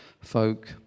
folk